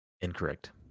Incorrect